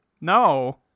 no